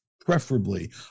preferably